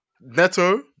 Neto